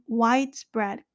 widespread